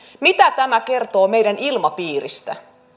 mitä tämä kertoo meidän ilmapiiristämme